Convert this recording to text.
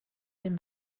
dem